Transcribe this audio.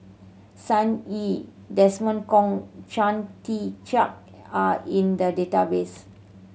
Sun Yee Desmond Kon Chia Tee Chiak are in the database